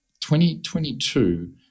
2022